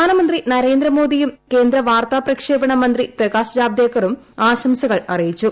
പ്രധാനമന്ത്രി നരേന്ദ്രമോദീയും കേന്ദ്ര വാർത്താ പ്രക്ഷേപണ മന്ത്രി പ്രകാശ് ജാവദേക്കറും ആൾംസകൾ അറിയിച്ചു